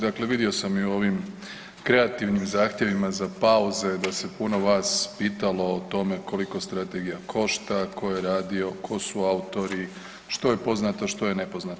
Dakle, vidio sam i u ovim kreativnim zahtjevima za pauze da se puno vas pitalo o tome koliko strategija košta, tko je radio, tko su autori, što je poznato, što je nepoznato.